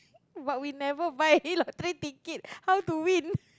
but we never buy any lottery ticket how to win